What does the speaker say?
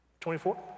24